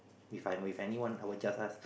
if I'm with anyone I will just ask